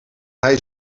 hij